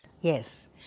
Yes